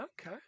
okay